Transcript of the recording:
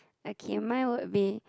okay mine would be